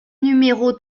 numéros